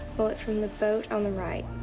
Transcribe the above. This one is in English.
pull it from the boat on the right.